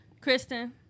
Kristen